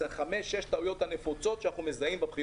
השלב השלישי הוא למחשב את כל הליך הוראת הנהיגה באופן כזה